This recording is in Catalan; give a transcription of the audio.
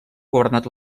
governat